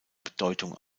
bedeutung